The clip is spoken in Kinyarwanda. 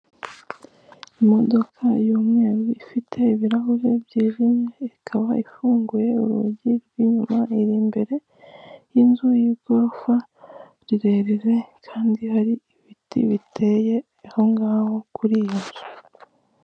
Imodoka y'umweru ifite ibirahure byijimye ikaba ifunguye urugi rw'inyuma, iri imbere y'inzu y'igorofa rirerire kandi hari ibiti biteye ahongaho kuri iyo nzu.